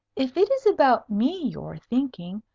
if it is about me you're thinking,